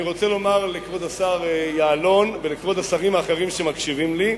אני רוצה לומר לכבוד השר יעלון ולכבוד השרים האחרים שמקשיבים לי,